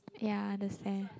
ya I understand